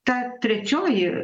ta trečioji